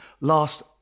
Last